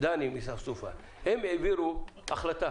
דני מספסופה, הם העבירו החלטה